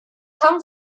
come